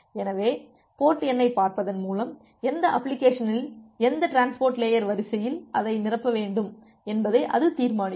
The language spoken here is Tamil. எனவே போர்ட் எண்ணைப் பார்ப்பதன் மூலம் எந்தப் அப்ளிகேஷனில் எந்த டிரான்ஸ்போர்ட் லேயர் வரிசையில் அதை நிரப்ப வேண்டும் என்பதை அது தீர்மானிக்கும்